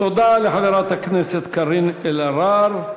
תודה לחברת הכנסת קארין אלהרר.